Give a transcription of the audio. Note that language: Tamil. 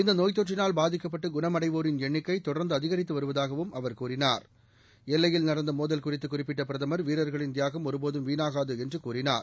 இந்த நோய் தொற்றினால் பாதிக்கப்பட்டு குணமடைவோரின் எணணிக்கை தொடர்ந்து அதிகரித்து வருவதாகவும் அவர் கூறினார் எல்லையில் நடந்த மோதல் குறித்து குறிப்பிட்ட பிரதமர் வீரர்களின் தியாகம் ஒருபோதும் வீணாகாது என்று கூறினார்